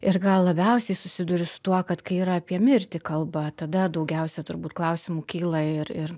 ir gal labiausiai susiduriu su tuo kad kai yra apie mirtį kalba tada daugiausia turbūt klausimų kyla ir ir